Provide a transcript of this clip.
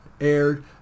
aired